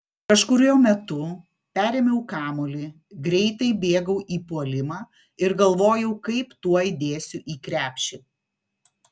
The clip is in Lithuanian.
kažkuriuo metu perėmiau kamuolį greitai bėgau į puolimą ir galvojau kaip tuoj dėsiu į krepšį